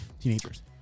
Teenagers